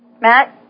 Matt